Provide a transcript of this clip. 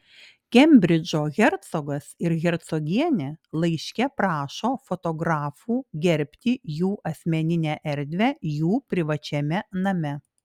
kembridžo hercogas ir hercogienė laiške prašo fotografų gerbti jų asmeninę erdvę jų privačiame name